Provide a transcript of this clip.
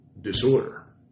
disorder